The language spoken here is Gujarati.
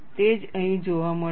તે જ અહીં જોવા મળે છે